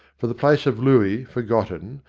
for the place of looey, forgotten,